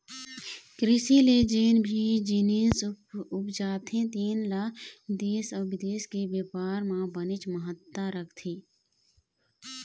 कृषि ले जेन भी जिनिस उपजथे तेन ल देश अउ बिदेश के बेपार म बनेच महत्ता रखथे